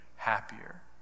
happier